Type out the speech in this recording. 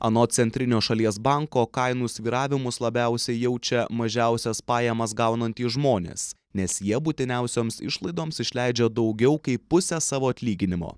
anot centrinio šalies banko kainų svyravimus labiausiai jaučia mažiausias pajamas gaunantys žmonės nes jie būtiniausioms išlaidoms išleidžia daugiau kaip pusę savo atlyginimo